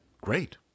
great